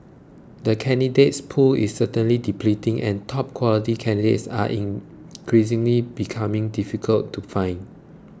the candidates pool is certainly depleting and top quality candidates are increasingly becoming difficult to find